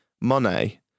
Monet